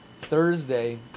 Thursday